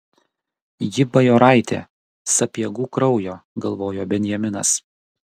ji bajoraitė sapiegų kraujo galvojo benjaminas